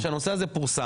כאשר הנושא הזה פורסם,